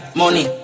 money